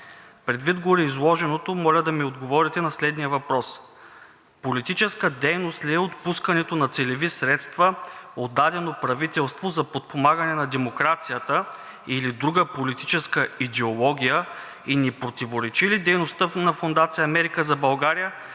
Предвид гореизложеното, моля да ми отговорите на следния въпрос: политическа дейност ли е отпускането на целеви средства от дадено правителство за подпомагане на демокрацията, или друга политическа идеология и не противоречи ли дейността на Фондация „Америка за България“